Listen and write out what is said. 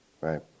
right